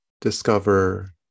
discover